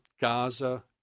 Gaza